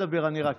בן אדם נוכל.